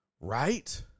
Right